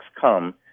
come